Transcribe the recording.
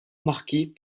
marqués